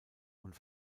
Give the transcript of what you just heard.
und